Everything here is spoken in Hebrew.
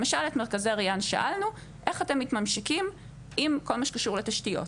למשל את מרכזי ריאן שאלנו איך אתם מתממשקים עם כל מה שקשור לתשתיות.